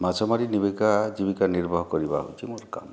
ମାଛ ମାରି ଜୀବିକା ନିର୍ବାହ କରିବା ହେଉଛି ମୋ'ର କାମ